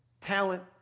Talent